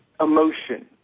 emotion